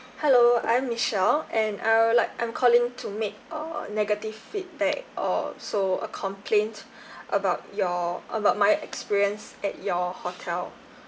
hello I'm michelle and I would like I'm calling to make a negative feedback or so a complaint about your about my experience at your hotel